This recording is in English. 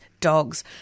dogs